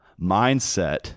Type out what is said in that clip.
mindset